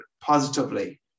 positively